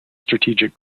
strategic